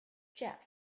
jeff